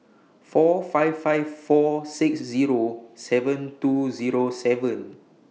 four five five four six Zero seven two Zero seven